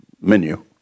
menu